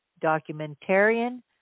documentarian